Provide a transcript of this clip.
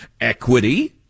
equity